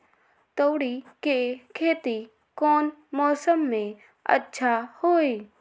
तोड़ी के खेती कौन मौसम में अच्छा होई?